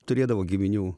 turėdavo giminių